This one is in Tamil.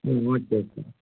ம் ஓகே ஓகே